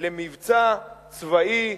למבצע צבאי,